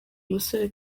umusore